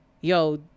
yo